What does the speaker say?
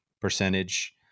percentage